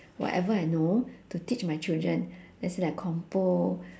whatever I know to teach my children let's say like compo